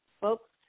folks